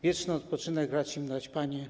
Wieczny odpoczynek racz im dać, Panie.